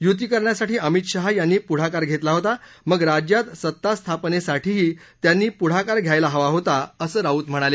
यूती करण्यासाठी अमित शहा यांनी पुढाकार घेतला होता मग राज्यात सत्तास्थापनेसाठीही त्यांनी प्रढाकार घ्यायला हवा होता असं राऊत म्हणाले